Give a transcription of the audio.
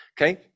Okay